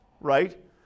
right